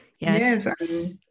Yes